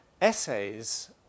essays